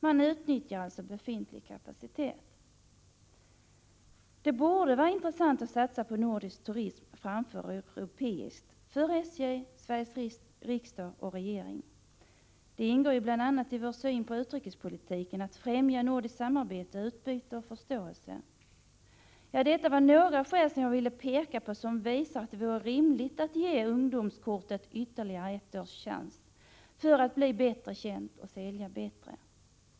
Man utnyttjar alltså befintlig kapacitet. Det borde vara intressant att satsa på nordisk turism framför europeisk — för SJ, för Sveriges riksdag och regeringen. Det ingår bl.a. i vår syn på utrikespolitiken att främja nordiskt samarbete, utbyte och förståelse. Detta var några skäl som jag ville peka på och som visar att det vore rimligt att ge ungdomsresekortet ytterligare ett års chans för att det skall bli bättre känt och sälja bättre.